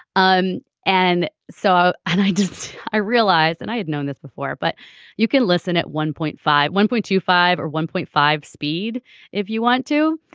um and so i just i realized that and i had known this before but you could listen at one point five one point two five or one point five speed if you want to.